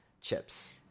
chips